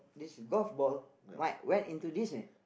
this golf ball might went into this net